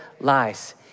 lies